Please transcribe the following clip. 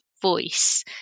voice